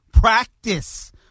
practice